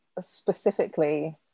specifically